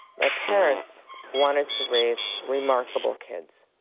my parents wanted to raise remarkable kids.